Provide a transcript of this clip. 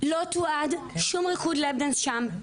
לא תועד שום ריקוד "לאפ דאנס" שם.